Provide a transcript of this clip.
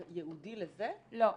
ייעודי לזה או שזה היה בתוך --- לא,